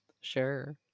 Sure